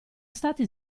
stati